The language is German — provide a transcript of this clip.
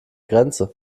grenze